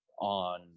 on